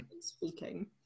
speaking